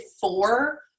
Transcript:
four